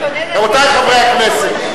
רבותי חברי הכנסת,